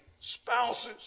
spouses